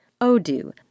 Odoo